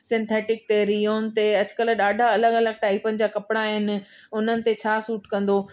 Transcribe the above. synthetic ते rayon ते अॼकल्ह ॾाढा अलॻि अलॻि टाइपनि जा कपिड़ा आहिनि उन्हनि ते छा सूट कंदो